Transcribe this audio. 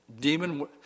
demon